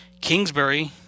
Kingsbury